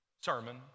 sermon